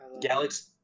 Galaxy